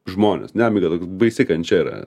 žmones nemiga baisi kančia yra